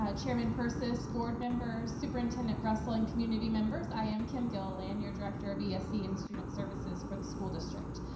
ah chairman purses, board members, superintendent russell, and community members, i am kim gilliland, your director of yeah ah ese and student services for the school district.